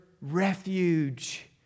refuge